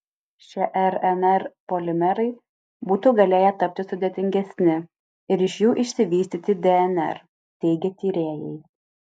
šie rnr polimerai būtų galėję tapti sudėtingesni ir iš jų išsivystyti dnr teigia tyrėjai